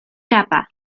capa